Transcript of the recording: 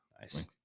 Nice